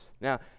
Now